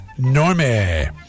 Normie